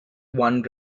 one